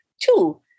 Two